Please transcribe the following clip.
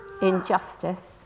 injustice